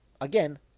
Again